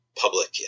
public